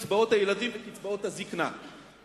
קצבאות הילדים וקצבאות הזיקנה.